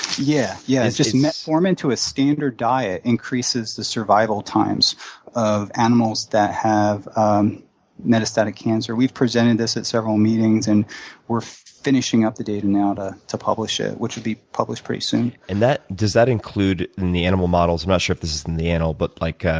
yeah, yeah it's metformin to a standard diet increases the survival times of animals that have um metastatic cancer. we've presented this at several meetings, and we're finishing up the data now to to publish it which will be published pretty soon. and does that include in the animal models i'm not sure if this is in the animal, but, like,